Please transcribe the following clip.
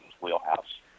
wheelhouse